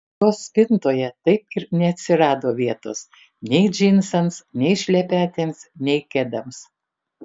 jos spintoje taip ir neatsirado vietos nei džinsams nei šlepetėms nei kedams